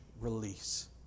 release